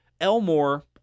Elmore